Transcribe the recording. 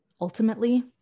ultimately